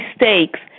mistakes